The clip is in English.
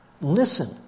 Listen